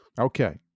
Okay